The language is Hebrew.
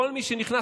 כל מי שנכנס,